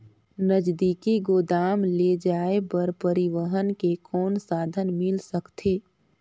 नजदीकी गोदाम ले जाय बर परिवहन के कौन साधन मिल सकथे?